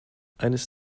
eines